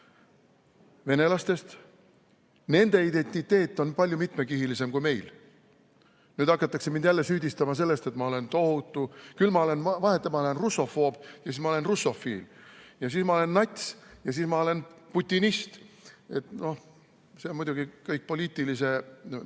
venelaste kohta. Nende identiteet on palju mitmekihilisem kui meil. Nüüd hakatakse mind jälle süüdistama, et küll ma olen russofoob ja siis ma olen russofiil ja siis ma olen nats ja siis ma olen putinist. See on muidugi kõik poliitilise